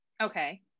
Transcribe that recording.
Okay